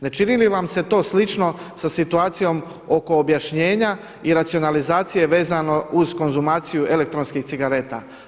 Ne čini li vam se to slično sa situacijom oko objašnjenja i racionalizacije vezano uz konzumaciju elektronskih cigareta?